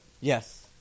Yes